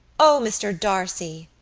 o, mr. d'arcy,